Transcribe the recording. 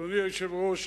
אדוני היושב-ראש,